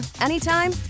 anytime